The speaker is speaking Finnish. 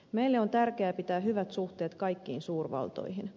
meille on tärkeää pitää hyvät suhteet kaikkiin suurvaltoihin